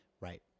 Right